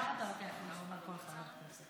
למה אתה לוקח לי ואומר "כל חבר כנסת"?